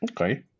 Okay